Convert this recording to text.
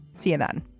cnn